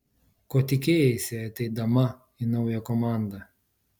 ko tikėjaisi ateidama į naują komandą